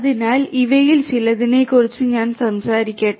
അതിനാൽ ഇവയിൽ ചിലതിനെക്കുറിച്ച് ഞാൻ സംസാരിക്കട്ടെ